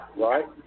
right